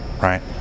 right